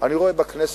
אני רואה בכנסת